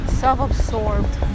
self-absorbed